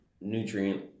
nutrient